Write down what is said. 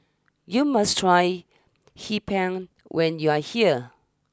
you must try Hee Pan when you are here